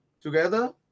together